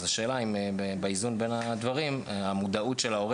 אז השאלה היא אם באיזון של הדברים המודעות של ההורה